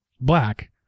black